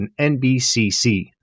nbcc